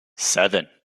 seven